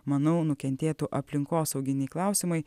manau nukentėtų aplinkosauginiai klausimai